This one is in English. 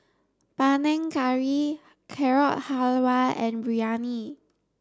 Panang Curry Carrot Halwa and Biryani